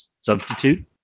substitute